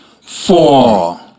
four